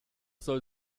soll